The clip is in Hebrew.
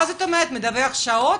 מה זה אומר מדווח שעות?